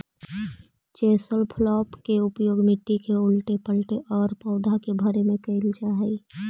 chisel plough के उपयोग मट्टी के उलऽटे पलऽटे औउर पौधा के भरे में कईल जा हई